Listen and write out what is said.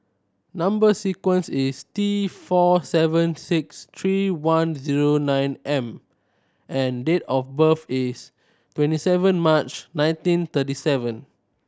number sequence is T four seven six three one zero nine M and date of birth is twenty seven March nineteen thirty seven